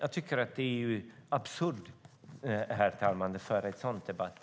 Att föra en sådan debatt är absurt, herr talman.